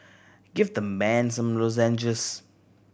give the man some lozenges